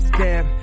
Step